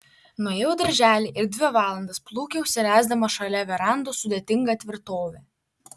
nuėjau į darželį ir dvi valandas plūkiausi ręsdama šalia verandos sudėtingą tvirtovę